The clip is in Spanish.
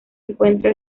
encuentra